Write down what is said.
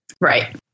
Right